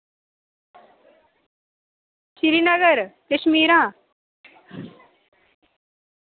Srinagar Kashmira